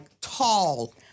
tall